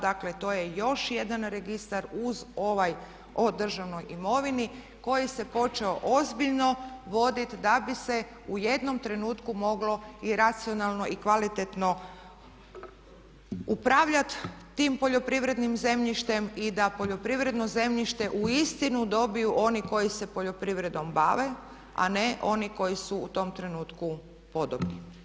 Dakle, to je još jedan registar uz ovaj o državnoj imovini koji se počeo ozbiljno voditi da bi se u jednom trenutku moglo i racionalno i kvalitetno upravljati tim poljoprivrednim zemljištem i da poljoprivredno zemljište uistinu dobiju oni koji se poljoprivredom bave, a ne oni koji su u tom trenutku podobni.